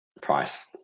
price